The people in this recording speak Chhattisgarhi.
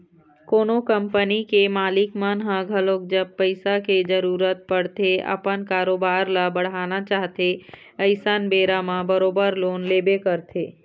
कोनो कंपनी के मालिक मन ह घलोक जब पइसा के जरुरत पड़थे अपन कारोबार ल बढ़ाना चाहथे अइसन बेरा म बरोबर लोन लेबे करथे